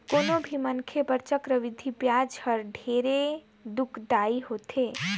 कोनो भी मनखे बर चक्रबृद्धि बियाज हर ढेरे दुखदाई होथे